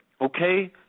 Okay